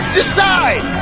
decide